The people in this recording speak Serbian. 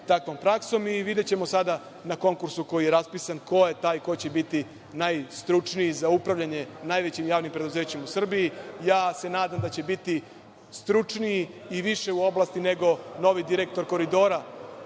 takvom praksom. Videćemo sada na konkursu koji je raspisan ko je taj ko će biti najstručniji za upravljanje najvećim javnim preduzećem u Srbiji. Ja se nadam da će biti stručniji i više u oblasti nego novi direktor Koridora